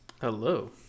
Hello